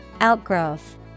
outgrowth